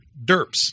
derps